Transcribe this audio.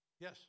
Yes